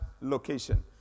location